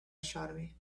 astronomy